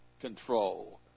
control